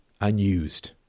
unused